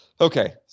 Okay